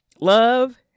love